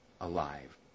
alive